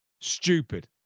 stupid